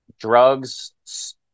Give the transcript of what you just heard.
drugs